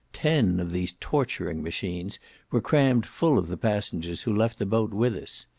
ten of these torturing machines were crammed full of the passengers who left the boat with us.